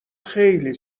خیلی